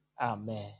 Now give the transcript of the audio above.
Amen